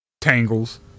Tangles